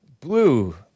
blue